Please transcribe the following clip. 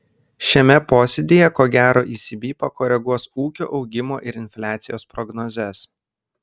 šiame posėdyje ko gero ecb pakoreguos ūkio augimo ir infliacijos prognozes